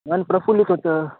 मन प्रफुल्लित होतं